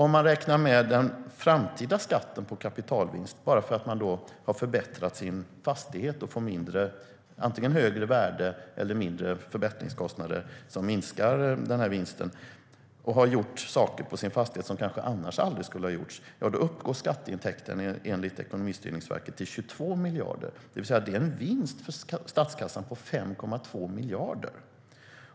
Om man räknar med den framtida skatten på kapitalvinst till följd av att man har förbättrat sin fastighet och får antingen högre värde eller mindre förbättringskostnader som minskar vinsten, och om man har gjort saker på sin fastighet som annars kanske aldrig skulle ha gjorts uppgår skatteintäkterna enligt Ekonomistyrningsverket till 22 miljarder. Det är alltså en vinst för statskassan på 5,2 miljarder.